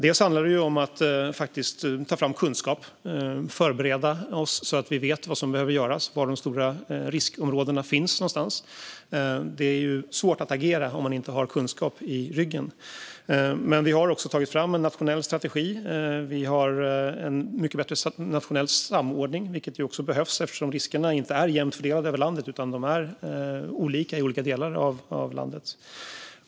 Det handlar om att ta fram kunskap och förbereda oss så att vi vet vad som behöver göras och var de stora riskområdena finns någonstans. Det är svårt att agera om man inte har kunskap i ryggen. Vi har tagit fram en nationell strategi. Vi har en mycket bättre nationell samordning, vilket också behövs eftersom riskerna inte är jämnt fördelade över landet utan olika i olika delar av landet.